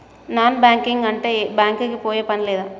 Non banking అంటే bank కి పోయే పని లేదా?